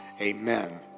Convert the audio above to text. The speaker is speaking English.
Amen